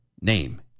name